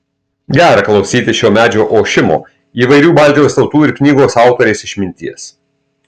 gera klausytis šio medžio ošimo įvairių baltijos tautų ir knygos autorės išminties